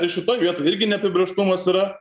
tai šitoj vietoj irgi neapibrėžtumas yra